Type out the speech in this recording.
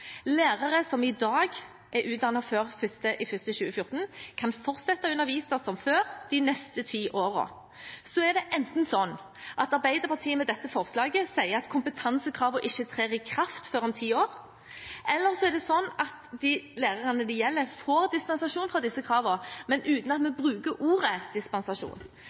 Lærere som i dag er utdannet før 1. april 2014, kan fortsette å undervise som før de neste ti årene. Så er det enten sånn at Arbeiderpartiet med dette forslaget sier at kompetansekravene ikke trer i kraft før om ti år, eller så er det sånn at de lærerne det gjelder, får dispensasjon fra disse kravene, men uten at vi bruker ordet